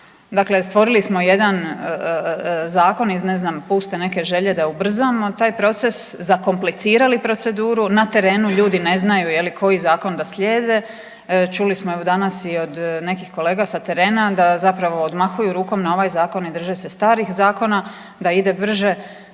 Dakle, stvorili smo jedan zakon iz ne znam puste neke želje da ubrzamo taj proces zakomplicirali proceduru. Na terenu ljudi ne znaju koji zakon da slijede. Čuli smo evo danas i od nekih kolega sa terena da zapravo odmahuju rukom na ovaj zakon i drže se starih zakona da ide brže.